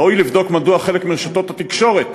ראוי לבדוק מדוע חלק מרשתות התקשורת